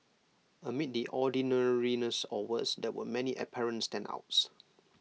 amid the ordinariness or worse there were many apparent standouts